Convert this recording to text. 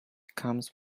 comes